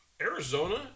Arizona